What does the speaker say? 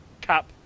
cap